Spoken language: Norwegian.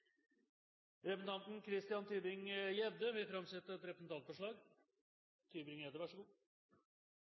Representanten Christian Tybring-Gjedde vil framsette et representantforslag.